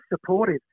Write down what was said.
supportive